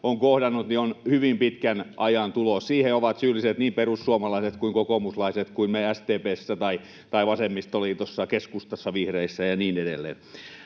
on kohdannut, on hyvin pitkän ajan tulos. Siihen ovat syylliset niin perussuomalaiset kuin kokoomuslaiset kuin me SDP:ssä tai vasemmistoliitossa, keskustassa, vihreissä ja niin edelleen.